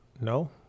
No